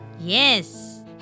Yes